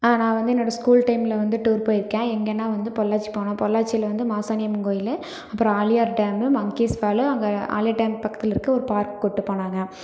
நான் வந்து என்னோடய ஸ்கூல் டைமில் வந்து டூர் போயிருக்கேன் எங்கேனா வந்து பொள்ளாச்சி போன பொள்ளாச்சியில் வந்து மாசாணியம்மன் கோயில் அப்புறம் ஆலியார் டேம்மு மங்கிஸ் ஃபால் அங்கே ஆலியா டேம் பக்கத்தில் இருக்கற ஒரு பார்க் கூப்பிட்டு போனாங்க